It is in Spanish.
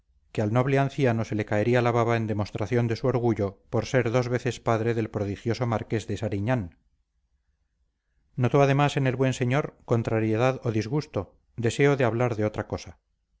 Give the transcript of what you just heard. que al noble anciano se le caería la baba en demostración de su orgullo por ser dos veces padre del prodigioso marqués de sariñán notó además en el buen señor contrariedad o disgusto deseo de hablar de otra cosa